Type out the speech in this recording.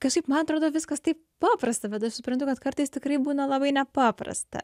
kažkaip man atrodo viskas taip paprasta bet aš suprantu kad kartais tikrai būna labai nepaprasta